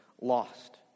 lost